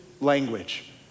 language